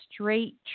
straight